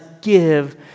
give